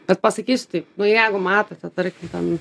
bet pasakysiu taip nu jeigu matote tarkim ten